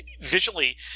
visually